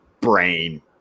brain